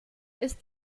ist